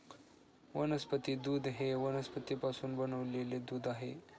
वनस्पती दूध हे वनस्पतींपासून बनविलेले दूध आहे